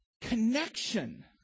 connection